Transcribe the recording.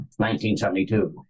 1972